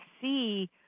see